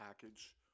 package